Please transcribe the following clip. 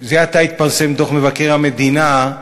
זה עתה התפרסם דוח מבקר המדינה,